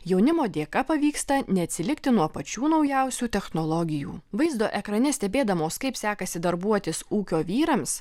jaunimo dėka pavyksta neatsilikti nuo pačių naujausių technologijų vaizdo ekrane stebėdamos kaip sekasi darbuotis ūkio vyrams